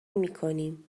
میکنیم